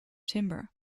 timber